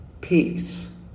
peace